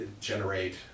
generate